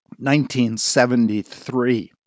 1973